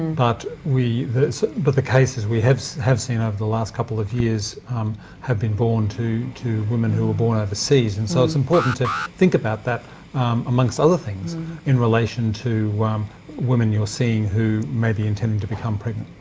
um but the but the cases we have so have seen over the last couple of years have been born to to women who were born overseas, and so it's important to think about that amongst other things in relation to women you're seeing who may be intending to become pregnant.